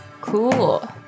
Cool